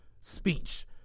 speech